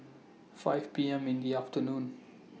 five P M in The afternoon